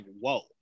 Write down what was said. whoa